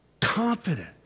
confident